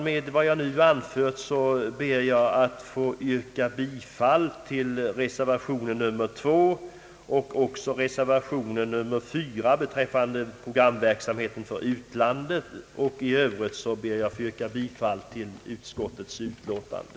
Med vad jag nu anfört ber jag att få yrka bifall till reservation 2 ävensom till reservation 4 beträffande programverksamheten för utlandet. I Övrigt ber jag att få yrka bifall till utskottets utlåtande.